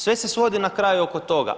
Sve se svodi na kraju oko toga.